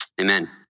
Amen